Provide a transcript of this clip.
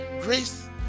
Grace